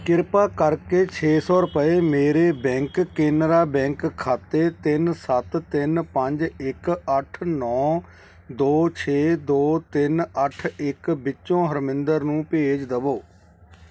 ਕਿਰਪਾ ਕਰਕੇ ਛੇ ਸੌ ਰੁਪਏ ਮੇਰੇ ਬੈਂਕ ਕੇਨਰਾ ਬੈਂਕ ਖਾਤੇ ਤਿੰਨ ਸੱਤ ਤਿੰਨ ਪੰਜ ਇੱਕ ਅੱਠ ਨੌ ਦੋ ਛੇ ਦੋ ਤਿੰਨ ਅੱਠ ਇੱਕ ਵਿੱਚੋਂ ਹਰਮਿੰਦਰ ਨੂੰ ਭੇਜ ਦੇਵੋ